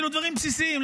דברים בסיסיים,